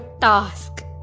task